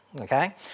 okay